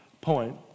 point